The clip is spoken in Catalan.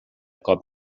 cop